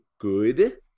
good